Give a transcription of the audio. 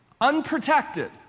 unprotected